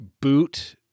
boot